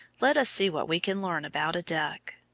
let us see what we can learn about a duck.